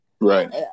right